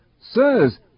Sirs